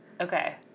Okay